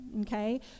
okay